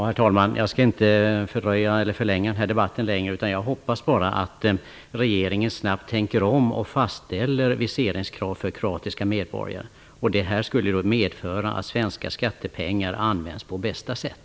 Herr talman! Jag skall inte förlänga debatten mycket. Jag hoppas bara att regeringen snabbt tänker om och fastställer viseringskrav för kroatiska medborgare. Det skulle medföra att svenska skattepengar används på bästa sätt.